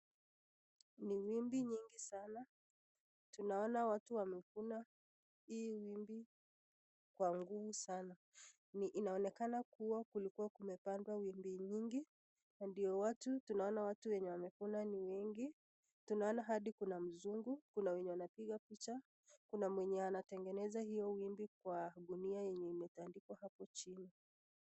Ni wimbi nyingi sana, tunaona watu wamevuna hii wimbi kwa nguvu sana inaonekana kuwa kulikuwa kumepandwa wimbi nyingi na ndio watu tunaona watu wamevuna ni wengi. Tunaona hadi kuna mzungu, kuna wenye wanapiga picha kuna mwenye anatengeneza hiyo wimbi kwa gunia yenye imetandikwa hapo chini.